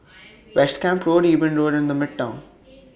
West Camp Road Eben Road and The Midtown